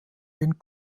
den